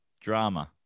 drama